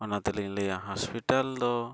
ᱚᱱᱟ ᱛᱮᱞᱤᱧ ᱞᱟᱹᱭᱟ ᱫᱚ